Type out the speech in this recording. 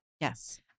Yes